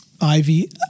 Ivy